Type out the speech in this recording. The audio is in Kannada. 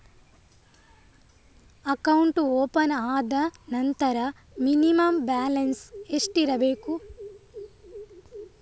ಅಕೌಂಟ್ ಓಪನ್ ಆದ ನಂತರ ಮಿನಿಮಂ ಬ್ಯಾಲೆನ್ಸ್ ಎಷ್ಟಿರಬೇಕು?